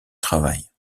travail